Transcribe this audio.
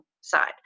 side